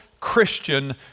Christian